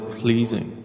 pleasing